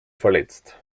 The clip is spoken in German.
verletzt